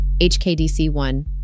HKDC1